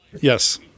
Yes